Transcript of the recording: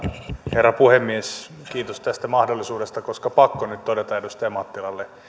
herra puhemies kiitos tästä mahdollisuudesta koska on pakko nyt todeta edustaja mattilalle